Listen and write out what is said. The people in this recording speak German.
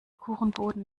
kuchenboden